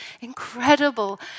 incredible